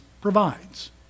provides